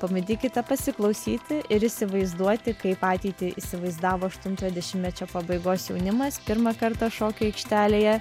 pabandykite pasiklausyti ir įsivaizduoti kaip ateitį įsivaizdavo aštuntojo dešimtmečio pabaigos jaunimas pirmą kartą šokių aikštelėje